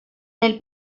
del